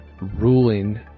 ruling